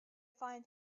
find